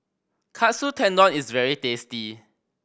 Katsu Tendon is very tasty